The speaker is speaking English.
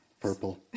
purple